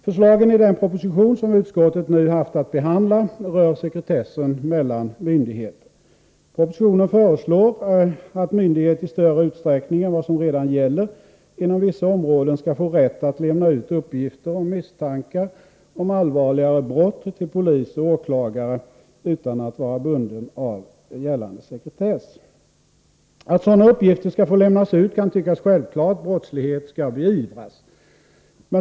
Förslagen i den proposition som utskottet nu haft att behandla rör sekretessen mellan myndigheter. Propositionen föreslår att myndighet i större utsträckning än vad som redan gäller inom vissa områden skall få rätt att lämna ut uppgifter om misstankar om allvarligare brott till polis och åklagare, utan att vara bunden av gällande sekretess. Att sådana uppgifter skall få lämnas ut kan tyckas självklart. Brottslighet skall beivras.